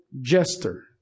jester